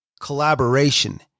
collaboration